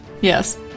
Yes